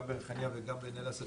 גם בריחאניה וגם בעין אל-אסד,